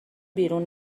بیرون